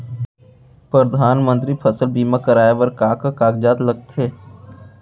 परधानमंतरी फसल बीमा कराये बर का का कागजात लगथे?